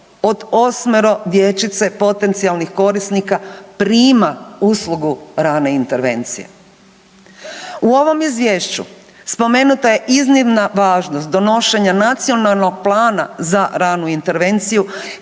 od osmero dječice potencijalnih korisnika prima uslugu rane intervencije. U ovom izvješću spomenuta je iznimna važnost donošenja nacionalnog plana za ranu intervenciju